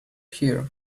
here